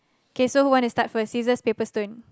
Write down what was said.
okay so who wanna start first scissors paper stone